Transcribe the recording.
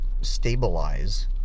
stabilize